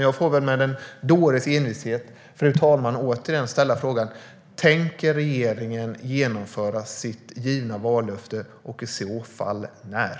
Jag får med en dåres envishet, fru talman, återigen ställa frågan: Tänker regeringen genomföra sitt givna vallöfte och i så fall när?